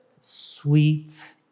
sweet